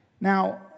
Now